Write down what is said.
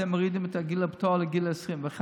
אתם מורידים את גיל הפטור לגיל 21,